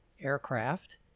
Aircraft